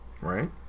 Right